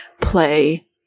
play